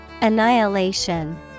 Annihilation